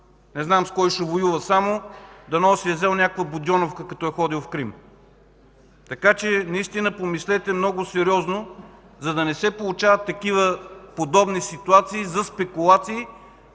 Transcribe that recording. Не знам с кой ще воюва само, дано да си е взел някаква будьоновка, като е ходил в Крим. Помислете много сериозно, за да не се получават такива подобни ситуации за спекулации,